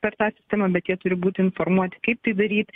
per tą sistemą bet jie turi būti informuoti kaip tai daryt